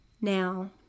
Now